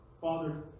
Father